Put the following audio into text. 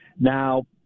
Now